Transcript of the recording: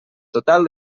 total